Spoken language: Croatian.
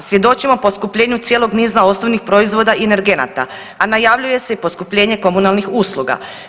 Svjedočimo poskupljenju cijelog niza osnovnih proizvoda i energenata, a najavljuje se i poskupljenje komunalnih usluga.